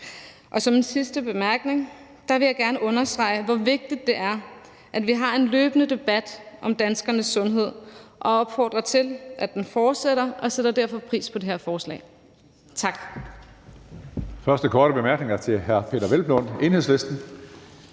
Og som en sidste bemærkning vil jeg gerne understrege, hvor vigtigt det er, at vi har en løbende debat om danskernes sundhed, og opfordre til, at den fortsætter, og jeg sætter derfor pris på det her forslag. Tak.